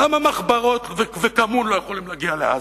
למה מחברות וכמון לא יכולים להגיע לעזה?